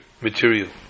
material